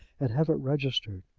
and have it registered.